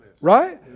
Right